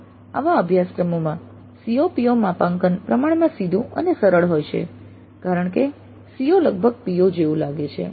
આમ આવા અભ્યાસક્રમોમાં CO PO માપાંકન પ્રમાણમાં સીધું અને સરળ હોય છે કારણ કે CO લગભગ PO જેવું લાગે છે